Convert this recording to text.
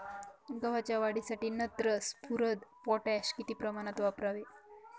गव्हाच्या वाढीसाठी नत्र, स्फुरद, पोटॅश किती प्रमाणात वापरावे?